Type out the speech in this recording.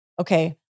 Okay